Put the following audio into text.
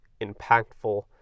impactful